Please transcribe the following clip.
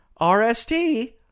RST